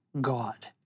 God